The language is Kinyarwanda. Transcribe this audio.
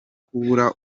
kubura